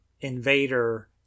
invader